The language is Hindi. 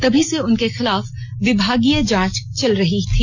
तभी से उनके खिलाफ विभागीय जांच चल रही थी